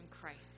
Christ